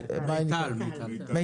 עבודתה